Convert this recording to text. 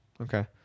Okay